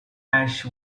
ash